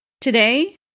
Today